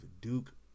Duke